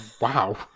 wow